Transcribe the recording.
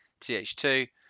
TH2